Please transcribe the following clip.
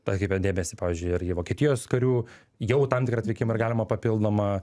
atkreipėm dėmesį pavyzdžiui ir į vokietijos karių jau tam tikrą atvykimą ir galimą papildomą